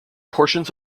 portions